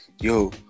yo